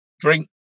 drink